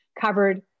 covered